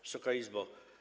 Wysoka Izbo!